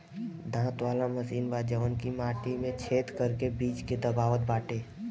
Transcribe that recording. दांत वाला मशीन बा जवन की माटी में छेद करके बीज के दबावत बाटे